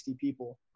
people